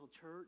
church